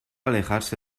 alejarse